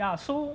ya so